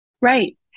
Right